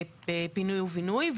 בפינוי בינוי,